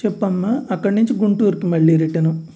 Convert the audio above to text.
చెప్పమ్మ అక్కడి నుంచి గుంటూరికి మళ్ళీ రిటర్ను